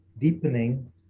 deepening